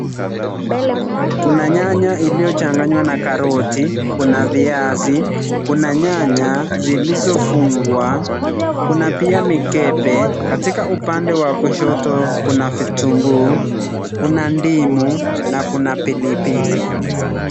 Kuna nyanya iliochanganywa na karoti, kuna viazi, kuna nyanya zilizofungwa, kuna pia mikebe. Katika upande wa kushoto kuna vitunguu, kuna ndimu na kuna pilipili.